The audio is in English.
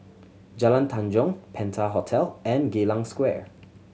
Jalan Tanjong Penta Hotel and Geylang Square